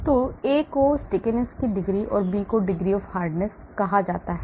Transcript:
तो A को stickiness की डिग्री और B को degree of hardness कहा जाता है